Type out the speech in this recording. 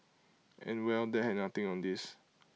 and well that had nothing on this